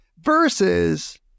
versus